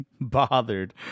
bothered